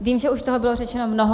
Vím, že už toho bylo řečeno mnoho.